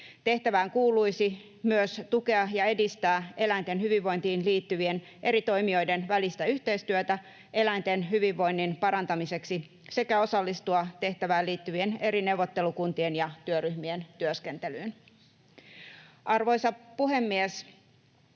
Tehtävään kuuluisi myös tukea ja edistää eläinten hyvinvointiin liittyvien eri toimijoiden välistä yhteistyötä eläinten hyvinvoinnin parantamiseksi sekä osallistua tehtävään liittyvien eri neuvottelukuntien ja työryhmien työskentelyyn. Arvoisa puhemies!